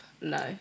No